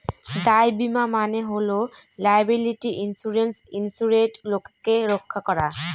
দায় বীমা মানে হল লায়াবিলিটি ইন্সুরেন্সে ইন্সুরেড লোককে রক্ষা করা